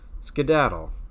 Skedaddle